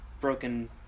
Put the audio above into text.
broken